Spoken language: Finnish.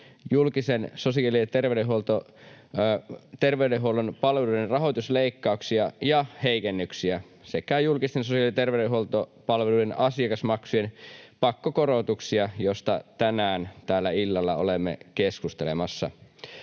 julkisen sosiaali‑ ja terveydenhuollon palveluiden rahoitusleikkauksia ja heikennyksiä sekä julkisten sosiaali‑ ja terveydenhuoltopalveluiden asiakasmaksujen pakkokorotuksia, joista täällä tänään illalla olemme keskustelemassa.